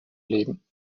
legen